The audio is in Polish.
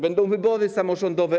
Będą wybory samorządowe.